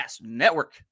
Network